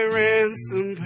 ransom